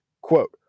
quote